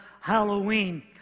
Halloween